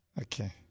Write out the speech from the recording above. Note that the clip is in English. Okay